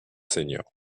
seniors